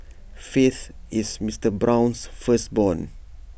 faith is Mister Brown's firstborn